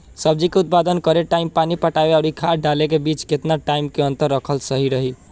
सब्जी के उत्पादन करे टाइम पानी पटावे आउर खाद डाले के बीच केतना टाइम के अंतर रखल सही रही?